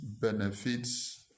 benefits